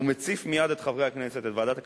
הוא מציף מייד את חברי הכנסת, את ועדת הכלכלה,